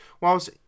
whilst